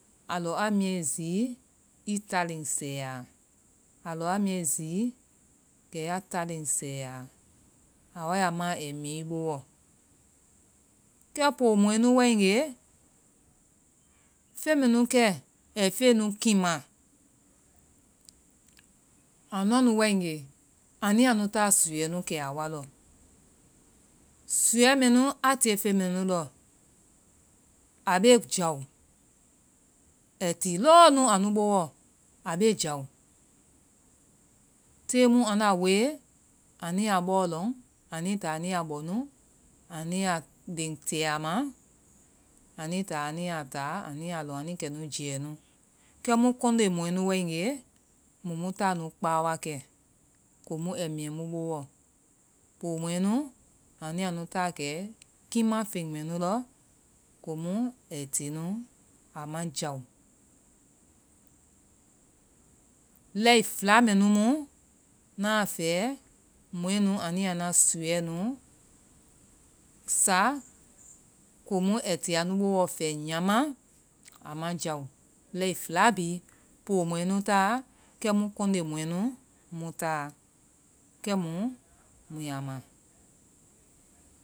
A lɔ aa miɛe zii, ii ta len sɛ ya. Aa wa ya ma ai miɛ ii boɔ. Kɛ poo mɔɛ nu wae nge, feŋ mɛ nu kɛ̀ ai feŋnu kima, anua nu wa nge, anu ya nu ta suuɛ kɛ a wa lɔ. Suuɛ mɛ nu a tie feŋ mɛ nu lɔ, a be jao. Ai ti l. o nu, anu boɔ. A be jao. Te mu anda we anu ya bɔ lɔŋ, anui ta anu ya bɔ nu, anu ya len te a ma, anuita anu ya ta, anu ya lɔŋ. Anui kɛ nu jɛ nu. Kɛ mu kɔŋde mɔɛ nu wae nge. mui mu ta kpa wa kɛ komu ai miɛ mu boɔ. Poo mɔɛ nu, anu ya nu ta kɛ kima feŋ mɛ nu lɔ komu ai ti nu, a ma jao. Lɛi fla mɛ nu mu na fɛ mɔɛ nu anua nua suuɛ nu sa komu ai ti anu boɔ. A ma jao. Poo mɔɛ nu ta, kɛ mu kɔŋde mɔɛ nu mu ta. Kɛmu mui ya ma.